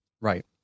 Right